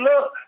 look